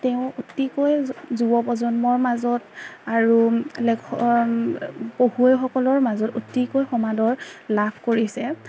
তেওঁ অতিকৈ যুৱ প্ৰজন্মৰ মাজত আৰু লেখক পঢ়ুৱৈসকলৰ মাজত অতিকৈ সমাদৰ লাভ কৰিছে